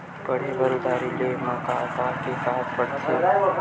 पढ़े बर उधारी ले मा का का के का पढ़ते?